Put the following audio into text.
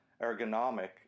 ergonomic